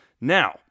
Now